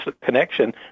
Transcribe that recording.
connection